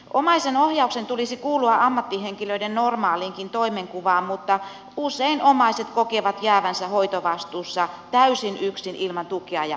omaisen ohjauksen tulisi kuulua ammattihenkilöiden normaaliinkin toimenkuvaan mutta usein omaiset kokevat jäävänsä hoitovastuussa täysin yksin ilman tukea ja ohjausta